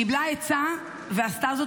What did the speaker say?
היא קיבלה עצה ועשתה זאת,